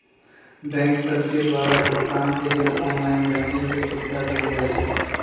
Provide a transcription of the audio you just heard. bank सभके द्वारा भुगतान के लेल ऑनलाइन बैंकिंग के सुभिधा देल जाइ छै